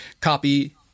copy